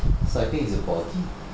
sir I think it's a body